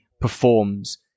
performs